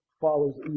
follows